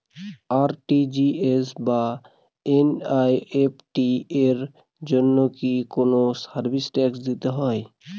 RTGS বা NEFT এর জন্য কি কোনো সার্ভিস চার্জ দিতে হয়?